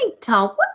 Tom